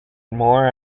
more